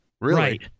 Right